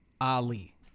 Ali